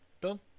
Bill